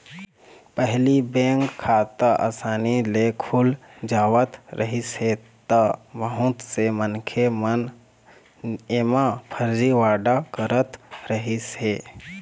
पहिली बेंक खाता असानी ले खुल जावत रहिस हे त बहुत से मनखे मन एमा फरजीवाड़ा करत रहिस हे